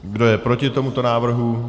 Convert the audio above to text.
Kdo je proti tomuto návrhu?